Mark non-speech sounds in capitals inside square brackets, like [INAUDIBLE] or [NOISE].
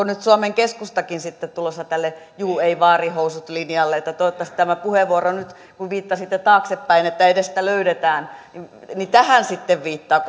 [UNINTELLIGIBLE] nyt suomen keskustakin sitten tulossa tälle ei juu vaarinhousut linjalle toivottavasti tämä puheenvuoro nyt kun viittasitte taaksepäin että edestä löydetään ei tähän sitten viittaa [UNINTELLIGIBLE]